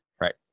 Right